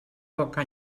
poca